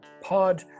pod